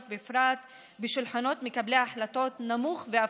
בפרט בשולחנות מקבלי ההחלטות נמוך ואפסי.